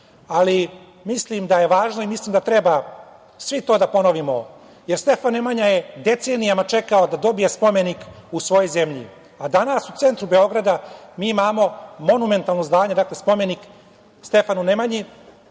ali mislim da je važno i mislim da treba svi to da ponovimo, jer Stefan Nemanja je decenijama čekao da dobije spomenik u svojoj zemlji. A danas u centru Beograda mi imamo monumentalno zdanje, spomenik Stefanu Nemanji